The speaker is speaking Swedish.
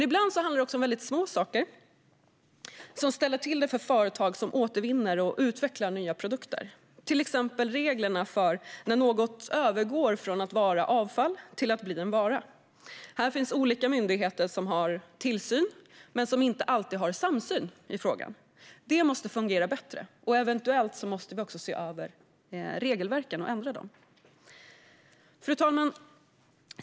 Ibland handlar det om små saker som ställer till det för företag som återvinner och utvecklar nya produkter, till exempel reglerna för när något övergår från att vara avfall till att bli en vara. Här finns olika myndigheter som har tillsyn men som inte alltid har en samsyn i frågan. Detta måste fungera bättre, och eventuellt måste vi också se över regelverken och ändra dessa. Fru talman!